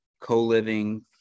co-living